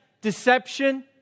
deception